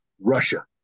Russia